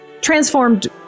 transformed